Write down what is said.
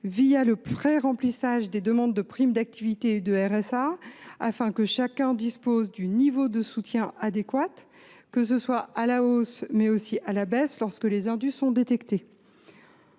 le préremplissage des demandes de prime d’activité et de RSA, afin que chacun dispose du niveau de soutien adéquat, que ce soit à la hausse ou à la baisse, lorsque des indus sont détectés.